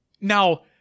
now